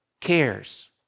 cares